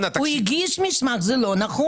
הוא הגיש מסמך, זה לא נכון.